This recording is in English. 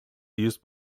used